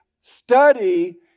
study